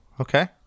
okay